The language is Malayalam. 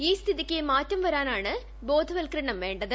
ഈ സ്ഥിതിക്ക് മാറ്റം വരാനാണ് ബോധവൽക്കരണം ്വേത്